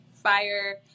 fire